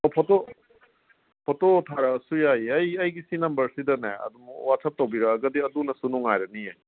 ꯑꯣ photo photo ꯊꯥꯔꯛꯂꯁꯨ ꯌꯥꯏ ꯑꯩꯒꯤ ꯁꯤ ꯅꯝꯕꯔꯁꯤꯗꯅꯦ ꯑꯗꯨꯝ ꯋꯥꯆꯞ ꯇꯧꯕꯤꯔꯛꯂꯒꯗꯤ ꯑꯗꯨꯅꯁꯨ ꯅꯨꯡꯉꯥꯏꯔꯅꯤꯌꯦ